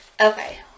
Okay